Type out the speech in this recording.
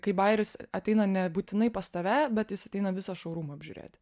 kai bajeris ateina nebūtinai pas tave bet jis ateina viso šaurumo apžiūrėti